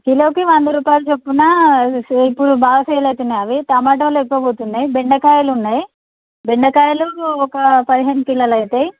కిలోకి వంద రూపాయలు చప్పున ఇప్పుడు బాగా సేల్ అవుతున్నాయి అవి టొమాటోలు ఎక్కువ పోతున్నాయి బెండకాయలున్నాయి బెండకాయలు ఒక పదిహేను కిలోలు అవుతాయి